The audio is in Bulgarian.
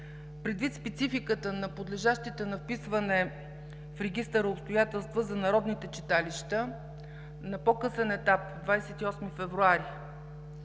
Предвид спецификата на подлежащите на вписване в Регистъра обстоятелства за народните читалища на по-късен етап – 28 февруари,